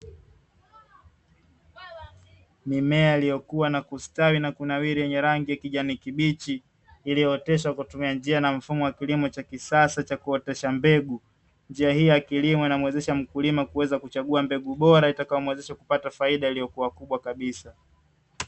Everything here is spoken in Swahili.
Mimea iliyokuwa na kustawi na kunawiri yenye rangi kijani kibichi, iliyooteshwa kwa kutumia njia na mfumo wa kilimo cha kisasa cha kuotesha mbegu. Njia hii ya kilimo inamwezesha mkulima kuweza kuchagua mbegu bora itakayomwezesha kupata faida iliyokuwa kubwa kabisa.